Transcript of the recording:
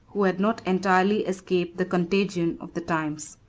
who had not entirely escaped the contagion of the times.